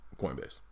Coinbase